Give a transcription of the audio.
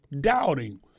doubting